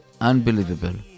unbelievable